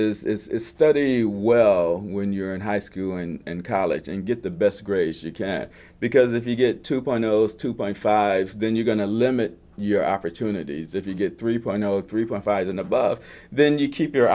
is study well when you're in high school and college and get the best gracious because if you get to panos two point five then you're going to limit your opportunities if you get three point three four five and above then you keep your